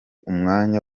umwanya